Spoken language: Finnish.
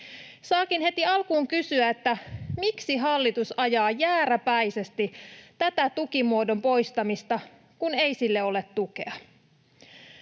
Saakin heti alkuun kysyä: miksi hallitus ajaa jääräpäisesti tätä tukimuodon poistamista, kun ei sille ole tukea?